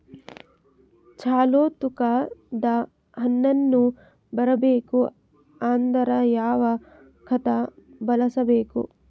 ಚಲೋ ತೂಕ ದ ಹಣ್ಣನ್ನು ಬರಬೇಕು ಅಂದರ ಯಾವ ಖಾತಾ ಬಳಸಬೇಕು?